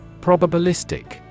Probabilistic